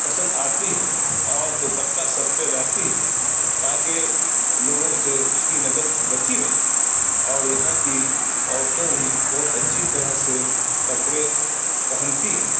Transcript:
پسند آتی ہے اور دوپٹہ سر پہ رہتی ہے تاکہ لوگوں سے اس کی نظر بچی رہے اور یہاں کی عورتوں بھی بہت اچھی طرح سے کپڑے پہنتی ہے